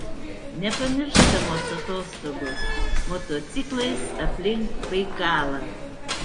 nepamirštamos atostogos motociklais aplink baikalą